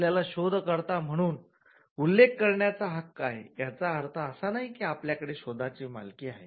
आपल्याला शोधकर्ता म्हणून उल्लेख करण्याचा हक्क आहे याचा अर्थ असा नाही की आपल्याकडे शोधाची मालकी आहे